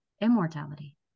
immortality